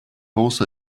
also